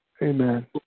Amen